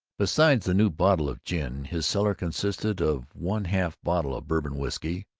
besides the new bottle of gin, his cellar consisted of one half-bottle of bourbon whisky,